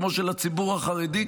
כמו של הציבור החרדי,